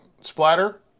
splatter